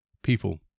People